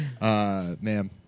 Ma'am